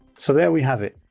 so, there we have it,